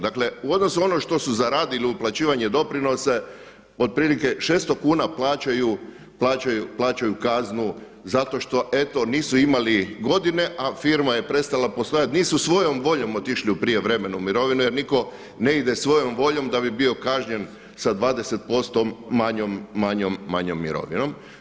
Dakle u odnosu na ono što su zaradili, uplaćivanje doprinosa otprilike 600 kuna plaćaju kaznu zato što eto nisu imali godine a firma je prestala postojati, nisu svojom voljom otišli u prijevremenu mirovinu jer nitko ne ide svojom voljom da bi bio kažnjen sa 20% manjom mirovinom.